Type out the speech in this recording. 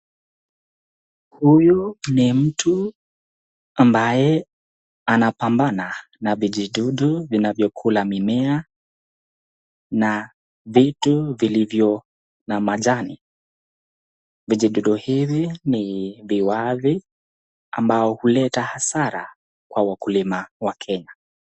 Huyu ni mtu ambaye anapambana na vijidudu vinavyokula mimea na vitu vilivyo na majani .Vijidudu hivi ni viwavi ambao huleta hasara kwa wakulima wa Kenya.